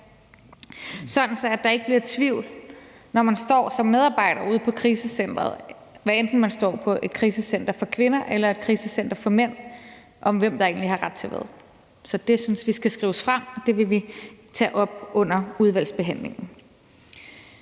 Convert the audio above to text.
sådan at der ikke bliver tvivl, når man står som medarbejder ude på krisecentret – hvad enten man står på et krisecenter for kvinder eller et krisecenter for mænd – om, hvem der egentlig har ret til hvad. Så det synes vi skal fremhæves, og det vil vi tage op under udvalgsbehandlingen.